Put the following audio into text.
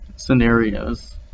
scenarios